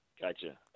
Gotcha